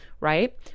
right